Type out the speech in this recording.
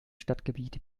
stadtgebiet